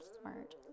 smart